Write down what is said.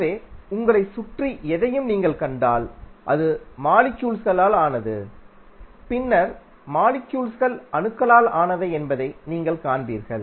எனவே உங்களைச் சுற்றி எதையும் நீங்கள் கண்டால் அது மாலிக்யூல்களால் ஆனது பின்னர் மாலிக்யூல்கள்அணுக்களால் ஆனவை என்பதை நீங்கள் காண்பீர்கள்